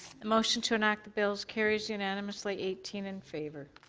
motion to enact the bills carres unanimously eighteen in favor.